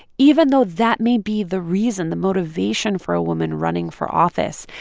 even though that may be the reason, the motivation, for a woman running for office,